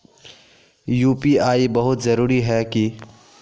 UPI बहुत जरूरी है की?